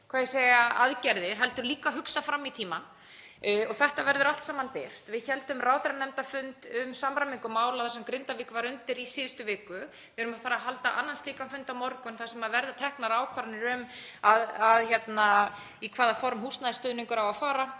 að erfa fyrri aðgerðir heldur líka að hugsa fram í tímann og þetta verður allt saman birt. Við héldum ráðherranefndarfund um samræmingu mála þar sem Grindavík var undir í síðustu viku. Við erum að fara að halda annan slíkan fund á morgun þar sem verða teknar ákvarðanir um í hvaða form húsnæðisstuðningur á að fara